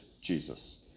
Jesus